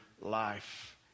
life